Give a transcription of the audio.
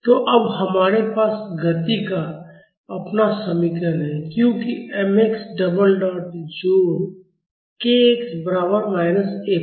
तो अब हमारे पास गति का अपना समीकरण है क्योंकि m x डबल डॉट जोड़ k x बराबर माइनस F है